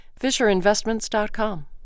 Fisherinvestments.com